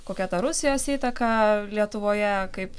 kokia ta rusijos įtaka lietuvoje kaip